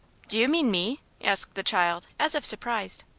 do you mean me? asked the child, as if surprised.